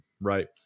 right